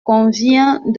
convient